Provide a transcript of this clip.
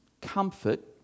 comfort